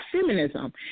Feminism